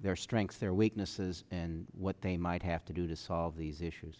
their strengths their weaknesses and what they might have to do to solve these issues